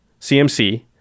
CMC